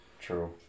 true